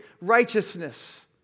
righteousness